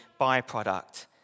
byproduct